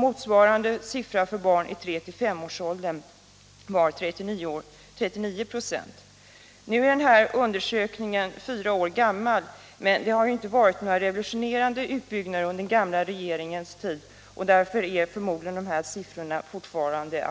Motsvarande siffra för barn i åldern 3-5 år var 39 26. Nu är den undersökningen fyra år gammal, men det har inte varit några revolutionerande utbyggnader under den gamla regeringens tid, och därför är siffrorna förmodligen aktuella fortfarande